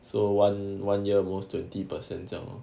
so one one year most twenty percent 这样 lor